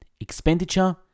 expenditure